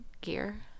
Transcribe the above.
gear